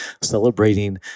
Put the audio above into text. celebrating